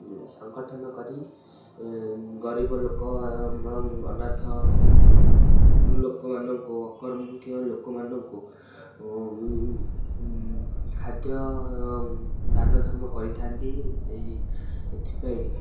ସଙ୍ଗଠନ କରି ଗରିବ ଲୋକ ଅନାଥ ଲୋକମାନଙ୍କୁ ଅକର୍ମୁଖ୍ୟ ଲୋକମାନଙ୍କୁ ଖାଦ୍ୟ ଦାନ ଧର୍ମ କରିଥାନ୍ତି ଏଇ ଏଥିପାଇଁ